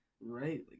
Right